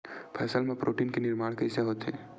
फसल मा प्रोटीन के निर्माण कइसे होथे?